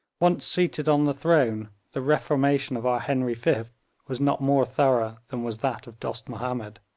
once seated on the throne, the reformation of our henry fifth was not more thorough than was that of dost mahomed.